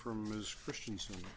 from ms christiansen